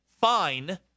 Fine